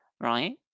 right